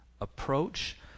approach